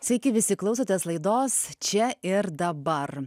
sveiki visi klausotės laidos čia ir dabar